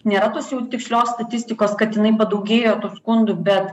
nėra tos jau tikslios statistikos kad jinai padaugėjo tų skundų bet